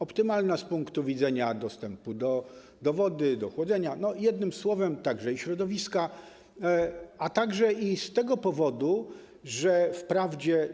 Optymalna z punktu widzenia dostępu do wody, do chłodzenia, jednym słowem także i środowiska, a także i z tego powodu, że wprawdzie.